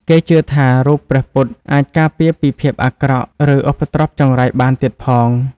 គេជឿថារូបព្រះពុទ្ធអាចការពារពីភាពអាក្រក់ ឬឧបទ្រុពចង្រៃបានទៀតផង។